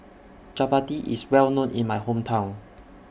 Chappati IS Well known in My Hometown